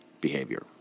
behavior